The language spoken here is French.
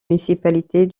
municipalités